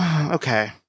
Okay